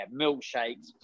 milkshakes